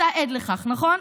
אתה עד לכך, נכון?